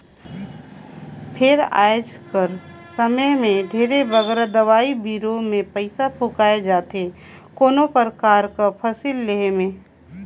फेर आएज कर समे में ढेरे बगरा दवई बीरो में पइसा फूंकाए जाथे कोनो परकार कर फसिल लेहे में